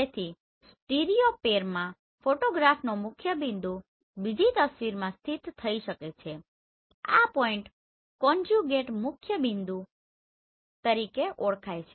તેથી સ્ટીરિયોપેરમાં ફોટોગ્રાફનો મુખ્યબિંદુ બીજી તસવીરમાં સ્થિત થઈ શકે છે આ પોઈન્ટ કોન્જ્યુગેટ મુખ્યબિંદુ તરીકે ઓળખાય છે